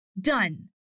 done